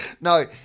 no